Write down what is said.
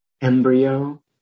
embryo